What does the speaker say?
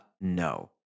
No